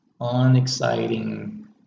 unexciting